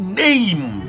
name